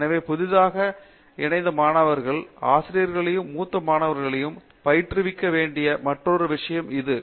எனவே புதிதாக இணைந்த மாணவர்களுக்கு ஆசிரியர்களையும் மூத்த மாணவர்களையும் பயிற்றுவிக்க வேண்டிய மற்றொரு விஷயம் இது